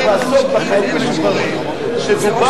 כשנעסוק בחיילים משוחררים שזה,